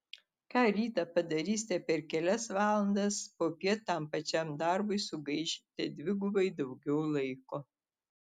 ką rytą padarysite per kelias valandas popiet tam pačiam darbui sugaišite dvigubai daugiau laiko